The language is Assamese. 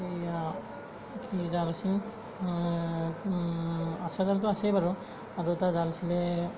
এই কি জাল আছিল আচৰা জালটো আছেই বাৰু আৰু এটা জাল আছিলে